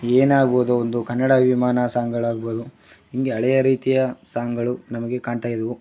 ಏನಾಗ್ಬೋದು ಒಂದು ಕನ್ನಡ ಅಭಿಮಾನ ಸಾಂಗ್ಗಳಾಗ್ಬೋದು ಹೀಗೆ ಹಳೆಯ ರೀತಿಯ ಸಾಂಗ್ಗಳು ನಮಗೆ ಕಾಣ್ತಾಯಿದ್ವು